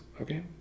okay